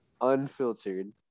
unfiltered